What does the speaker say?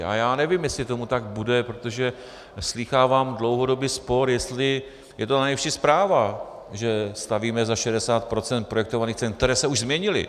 A já nevím, jestli tomu tak bude, protože slýchávám dlouhodobý spor, jestli je to ta nejlepší zpráva, že stavíme za 60 % projektovaných cen, které se už změnily.